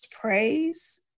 praise